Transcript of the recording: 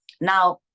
now